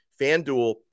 FanDuel